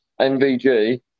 MVG